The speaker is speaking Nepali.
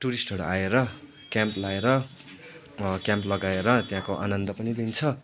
टुरिस्टहरू आएर क्याम्प लाएर क्याम्प लगाएर त्यहाँको आनन्द पनि लिन्छ